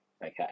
Okay